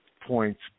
Points